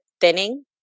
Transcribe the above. thinning